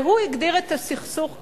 והוא הגדיר את הסכסוך כך,